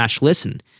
listen